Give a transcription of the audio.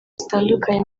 zitandukanye